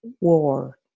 war